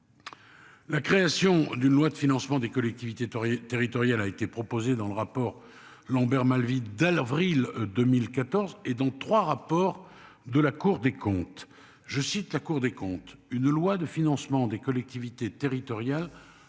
La création d'une loi de financement des collectivités territoriale a été proposée dans le rapport Lambert Malvy d'avril 2014 et dans trois rapports de la Cour des comptes je cite la Cour des comptes,